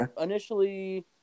initially